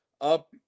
up